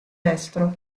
destro